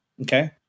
okay